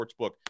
sportsbook